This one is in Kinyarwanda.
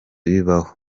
bibaho